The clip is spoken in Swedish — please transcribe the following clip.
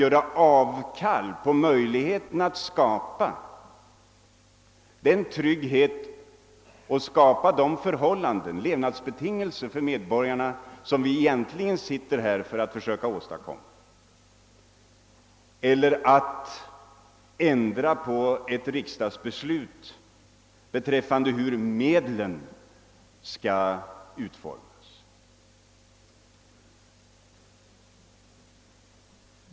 Att ge avkall på möjligheten att skapa den trygghet och de levnadsbetingelser för medborgarna som vi egentligen sitter här för att försöka åstadkomma eller att ändra på ett riksdagsbeslut om hur medlen skall utformas.